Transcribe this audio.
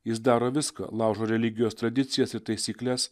jis daro viską laužo religijos tradicijas ir taisykles